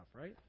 right